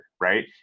right